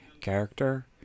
character